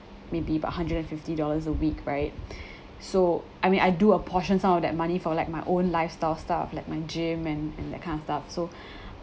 maybe about hundred and fifty dollars a week right so I mean I do apportion some of that money for like my own lifestyle stuff like my gym and and that kind of stuff so